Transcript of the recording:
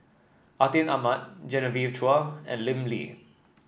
Atin Amat Genevieve Chua and Lim Lee